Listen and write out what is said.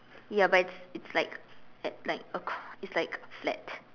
ya but it's it's like at like a it's like flat